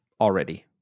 already